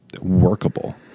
workable